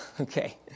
Okay